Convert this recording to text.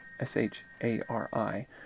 S-H-A-R-I